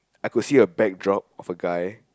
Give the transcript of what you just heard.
I could a backdrop of a guy